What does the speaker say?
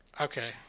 Okay